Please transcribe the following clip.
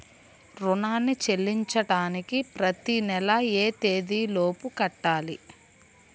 రుణాన్ని చెల్లించడానికి ప్రతి నెల ఏ తేదీ లోపు కట్టాలి?